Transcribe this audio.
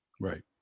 Right